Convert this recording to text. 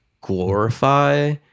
glorify